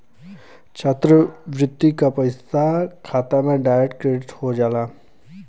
छात्रवृत्ति क पइसा खाता में डायरेक्ट क्रेडिट हो जाला